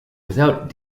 without